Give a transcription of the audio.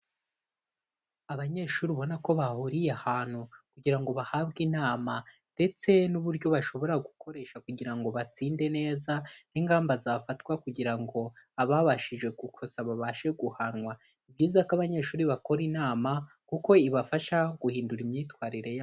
Abanyeshuri ubona ko bahuriye ahantu kugira ngo bahabwe inama ndetse n'uburyo bashobora gukoresha kugira ngo batsinde neza n'ingamba zafatwa kugira ngo ababashije gukosa babashe guhanwa, ni byiza ko abanyeshuri bakora inama kuko ibafasha guhindura imyitwarire yabo.